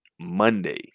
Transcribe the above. Monday